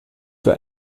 für